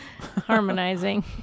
harmonizing